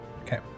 Okay